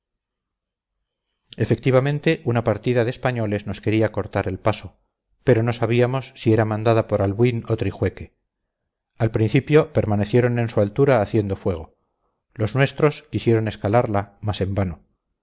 efectivamente una partida de españoles nos quería cortar el paso pero no sabíamos si era mandada por albuín o trijueque al principio permanecieron en su altura haciendo fuego los nuestros quisieron escalarla mas en vano